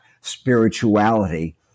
spirituality